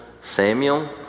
Samuel